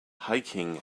hiking